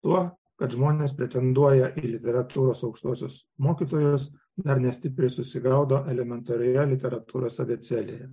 tuo kad žmonės pretenduoją į literatūros aukštuosius mokytojos dar nestipriai susigaudo elementarioje literatūros abėcėlėje